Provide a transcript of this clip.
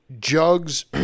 jugs